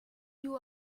you